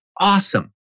awesome